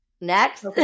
next